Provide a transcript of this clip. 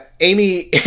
Amy